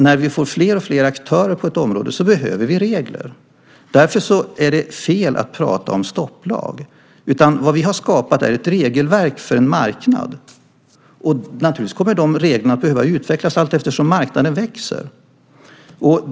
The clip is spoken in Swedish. När vi får fler aktörer på ett område behöver vi regler. Därför är det fel att tala om en stopplag. Vad vi har skapat är ett regelverk för en marknad. Naturligtvis kommer reglerna att behöva utvecklas allteftersom marknaden växer.